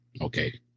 okay